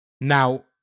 Now